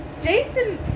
Jason